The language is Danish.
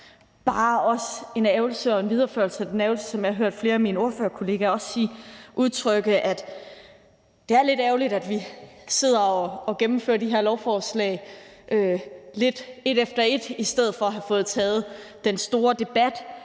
nok også bare lidt i forlængelse af den ærgrelse, som jeg også har hørt flere af mine ordførerkollegaer udtrykke, sige, at det er lidt ærgerligt, at vi sidder og gennemfører de her lovforslag et efter et i stedet for at have fået taget den store debat.